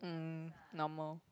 mm normal